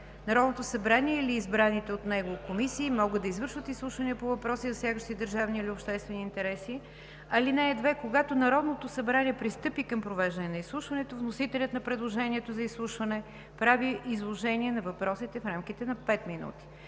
Народното събрание или избраните от него комисии могат да извършват изслушвания по въпроси, засягащи държавни или обществени интереси. (2) Когато Народното събрание пристъпи към провеждане на изслушването, вносителят на предложението за изслушване прави изложение на въпросите в рамките на пет минути.